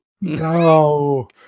no